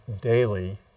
daily